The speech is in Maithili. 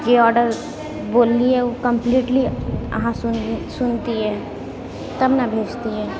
जे ऑर्डर बोललिऐ ओ कम्प्लिटली अहाँ सुन सुनतिऐ तब ने भेजतिऐ